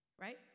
Right